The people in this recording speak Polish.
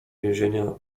więzienia